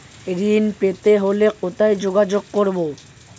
ঋণ পেতে হলে কোথায় যোগাযোগ করব?